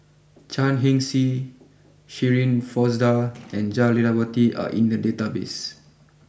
Chan Heng Chee Shirin Fozdar and Jah Lelawati are in the database